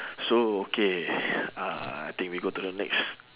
so okay uh I think we go to the next